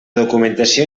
documentació